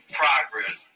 progress